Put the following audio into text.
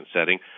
setting